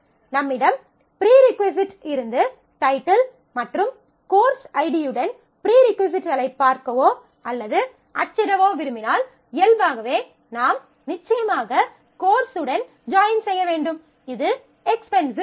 நம்மிடம் ப்ரீ ரிஃக்வசைட் இருந்து டைட்டில் மற்றும் கோர்ஸ் ஐடியுடன் ப்ரீ ரிஃக்வசைட்களைப் பார்க்கவோ அல்லது அச்சிடவோ விரும்பினால் இயல்பாகவே நாம் நிச்சயமாக கோர்ஸ் உடன் ஜாயின் செய்ய வேண்டும் இது எக்ஸ்பென்சிவ் ஆகும்